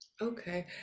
Okay